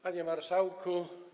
Panie Marszałku!